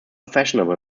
fashionable